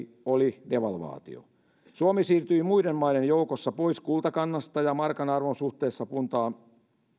oli devalvaatio suomi siirtyi muiden maiden joukossa pois kultakannasta ja markan arvo suhteessa puntaan